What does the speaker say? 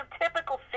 typical